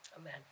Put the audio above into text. Amen